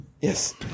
Yes